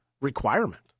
requirement